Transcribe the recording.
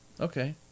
Okay